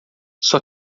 sua